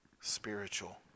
spiritual